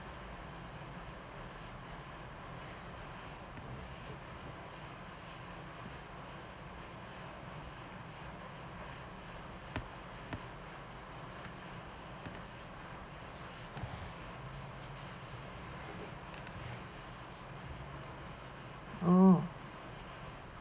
oh